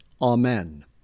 Amen